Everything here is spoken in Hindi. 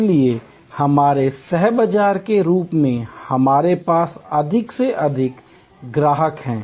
इसलिए हमारे सह बाजार के रूप में हमारे पास अधिक से अधिक ग्राहक हैं